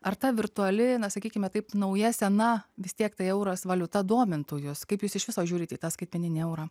ar ta virtuali na sakykime taip nauja sena vis tiek tai euras valiuta domintų jus kaip jūs iš viso žiūrit į tą skaitmeninį eurą